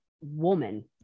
woman